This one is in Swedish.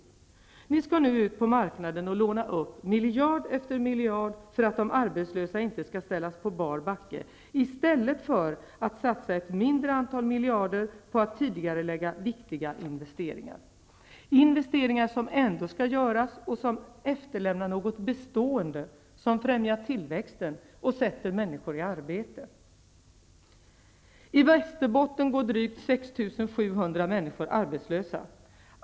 Ni skall nu ut på marknaden och låna upp miljard efter miljard för att de arbetslösa inte skall ställas på bar backe -- i stället för att satsa ett mindre antal miljarder på att tidigarelägga viktiga investeringar, investeringar som ändå skall göras och som efterlämnar något bestående, som främjar tillväxten och sätter människor i arbete. I Västerbotten går drygt 6 700 människor arbetslösa.